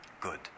good